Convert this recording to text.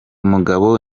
mugabo